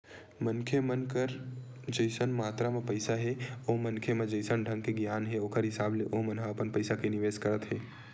मनखे मन कर जइसन मातरा म पइसा हे ओ मनखे म जइसन ढंग के गियान हे ओखर हिसाब ले ओमन ह अपन पइसा के निवेस करत हे